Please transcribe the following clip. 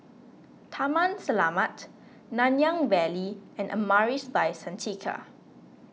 Taman Selamat Nanyang Valley and Amaris By Santika